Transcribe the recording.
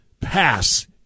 Pass